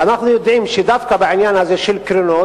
אנחנו יודעים שדווקא בעניין הזה של קרינות